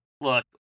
Look